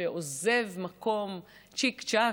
שעוזב מקום צ'יק-צ'ק,